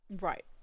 Right